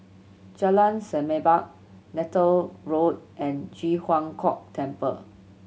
Jalan Semerbak Neythal Road and Ji Huang Kok Temple